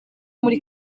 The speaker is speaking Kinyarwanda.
muri